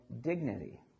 dignity